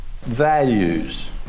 values